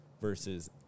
versus